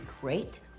great